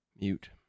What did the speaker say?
mute